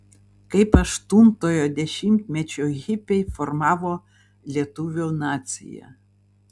kaip aštuntojo dešimtmečio hipiai formavo lietuvių naciją